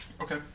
Okay